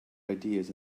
ideas